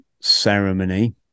ceremony